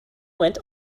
went